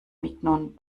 mignon